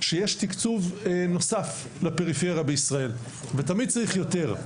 שיש תקצוב נוסף לפריפריה בישראל ותמיד צריך יותר,